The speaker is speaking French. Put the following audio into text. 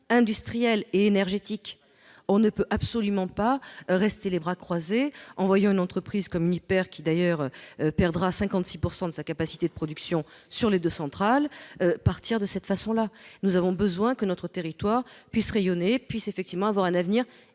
industrielle et énergétique. On ne peut absolument pas rester les bras croisés et voir une entreprise comme Uniper, qui perdra d'ailleurs 56 % de sa capacité de production sur les deux centrales, disparaître de cette façon-là. Il faut que notre territoire puisse rayonner et avoir un avenir